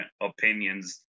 opinions